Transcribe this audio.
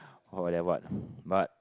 or that what but